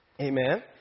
Amen